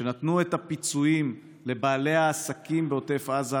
כשנתנו את הפיצויים לבעלי העסקים בעוטף עזה